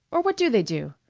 or what do they do?